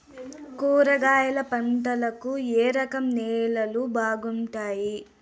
కూరగాయల పంటలకు ఏ రకం నేలలు బాగుంటాయి?